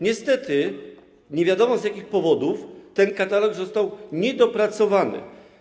Niestety nie wiadomo, z jakich powodów ten katalog pozostał niedopracowany.